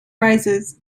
rises